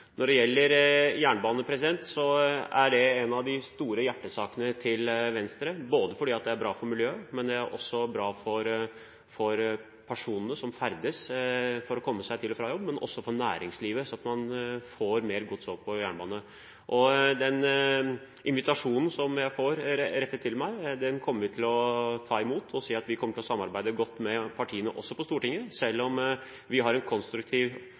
Når det gjelder jernbane, så er det en av de store hjertesakene til Venstre, ikke bare fordi det er bra for miljøet, men det er også bra for personene som ferdes, for å komme seg til og fra jobb og for næringslivet sånn at man får mer gods over på jernbane. Den invitasjonen jeg får rettet til meg, kommer vi til å ta imot. Vi kommer til å samarbeide godt også med partiene på Stortinget. Selv om vi har en konstruktiv